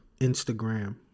Instagram